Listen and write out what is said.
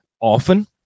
often